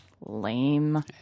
lame